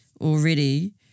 already